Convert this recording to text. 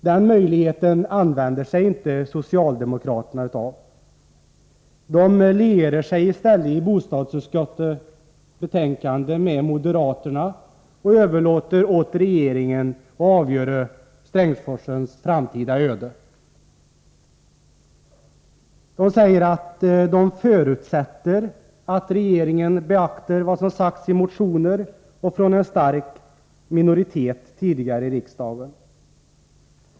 Den möjligheten använder sig inte socialdemokraterna av. De lierar sig i stället i bostadsutskottet med moderaterna och överlåter åt regeringen att avgöra Strängsforsens framtida öde. De säger att de ”förutsätter” att regeringen beaktar vad som sagts i motioner och från en stark minoritet tidigare i riksdagen.